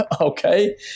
okay